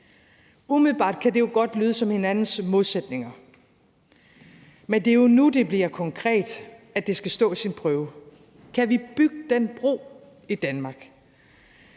Umiddelbart kan det jo godt lyde som hinandens modsætninger, men det er jo nu, hvor det bliver konkret, at det skal stå sin prøve. Kan vi bygge den bro i Danmark?